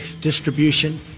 distribution